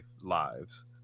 lives